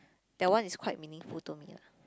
that one is quite meaningful to me lah